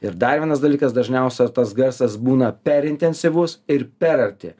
ir dar vienas dalykas dažniausia tas garsas būna per intensyvus ir per arti